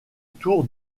tour